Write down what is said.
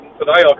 today